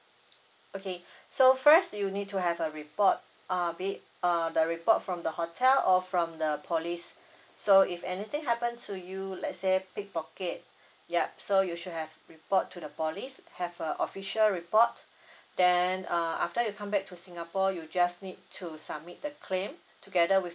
okay so first you need to have a report uh be~ uh the report from the hotel or from the police so if anything happen to you let say pickpocket yup so you should have report to the police have a official report then uh after you come back to singapore you just need to submit the claim together with